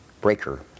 Breaker